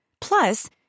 Plus